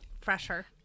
fresher